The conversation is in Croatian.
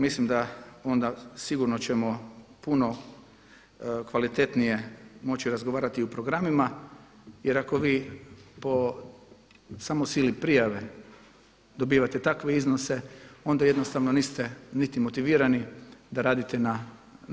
Mislim da onda sigurno ćemo puno kvalitetnije moći razgovarati i o programima jer ako vi po samo sili prijave dobivate takve iznose onda jednostavno niste niti motivirani da radite na